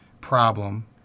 problem